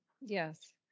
Yes